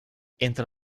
entre